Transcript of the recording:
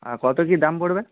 আর কত কী দাম পড়বে